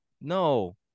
No